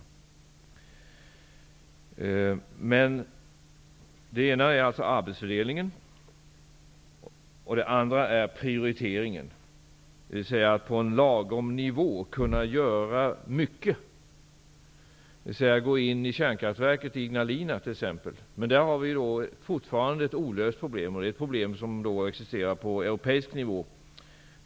Arbetsfördelningen är den ena viktiga frågan, och den andra är prioriteringen. Man måste kunna göra mycket på en lagom nivå. Ett exempel är att gå in i kärnkraftverket i Ignalina. Där har vi fortfarande ett olöst problem på europeisk nivå.